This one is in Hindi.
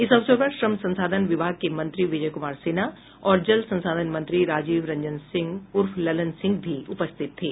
इस अवसर पर श्रम संसाधन विभाग के मंत्री विजय कुमार सिन्हा और जल संसाधन मंत्री राजीव रंजन सिंह उर्फ ललन सिंह भी उपस्थित थे